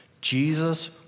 Jesus